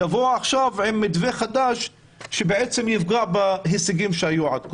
יבואו עכשיו עם מתווה חדש שבעצם יפגע בהישגים שהיו עד כה.